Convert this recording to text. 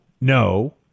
no